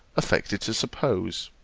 affected to suppose.